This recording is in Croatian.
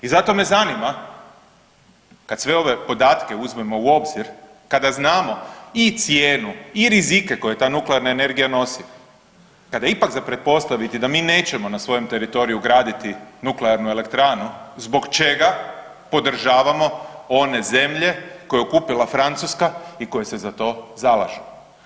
I zato me zanima kad sve ove podatke uzmemo u obzir, kada znamo i cijenu i rizike koje ta nuklearna energija nosi, kada je ipak za pretpostaviti da mi nećemo na svojem teritoriju graditi nuklearnu elektranu zbog čega podržavamo one zemlje koje je okupila Francuska i koje se za to zalažu.